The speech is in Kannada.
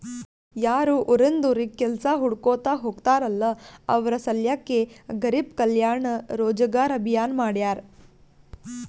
ಯಾರು ಉರಿಂದ್ ಉರಿಗ್ ಕೆಲ್ಸಾ ಹುಡ್ಕೋತಾ ಹೋಗ್ತಾರಲ್ಲ ಅವ್ರ ಸಲ್ಯಾಕೆ ಗರಿಬ್ ಕಲ್ಯಾಣ ರೋಜಗಾರ್ ಅಭಿಯಾನ್ ಮಾಡ್ಯಾರ್